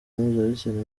mpuzabitsina